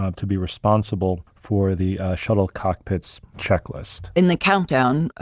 ah to be responsible for the shuttle cockpits checklistsullivan in the countdown, ah